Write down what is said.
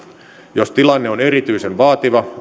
jos tilanne on erityisen vaativa